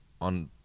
on